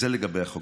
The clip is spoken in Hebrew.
זה לגבי החוק.